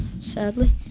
sadly